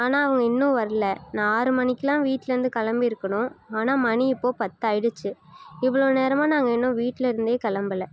ஆனால் அவங்க இன்னும் வரல நான் ஆறு மணிக்கெலாம் வீட்டிலேருந்து கிளம்பிருக்கணும் ஆனால் மணி இப்போது பத்தாயிடுச்சு இவ்வளோ நேரமாக நாங்கள் இன்னும் வீட்டிலேருந்தே கிளம்பல